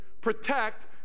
protect